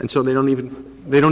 and so they don't even they don't